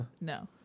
No